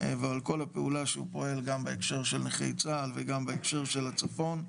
ועל כל הפעולה שהוא פועל גם בהקשר של נכי צה"ל וגם בהקשר של הצפון.